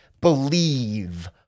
believe